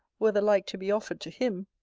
were the like to be offered to him!